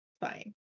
Fine